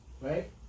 right